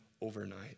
overnight